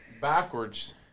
backwards